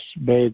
bad